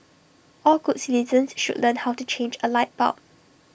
all good citizens should learn how to change A light bulb